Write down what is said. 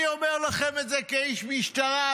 אני אומר לכם את זה כאיש משטרה,